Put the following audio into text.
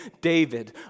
David